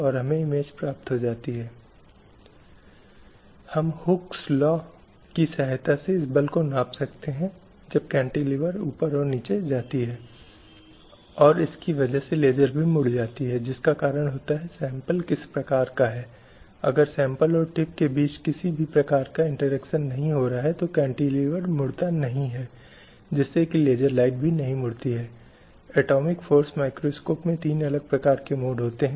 आज भी जब भारत की बात आती है तो यह वास्तविकता नहीं है भले ही हमारे पास कानून हैं हमारे पास कहीं न कहीं नीतियां हैं जो यह विश्वास दिलाने या सुनिश्चित करने का प्रयास करती हैं कि वेतन संरचना के संदर्भ में कोई अंतर नहीं है या आप जानते हैं यह सुनिश्चित करता है कि लाभ के विशेषाधिकार के संदर्भ मेंसेवानिवृत्ति के विशेषाधिकार और अन्य लाभ जो उपलब्ध कराए जाते हैं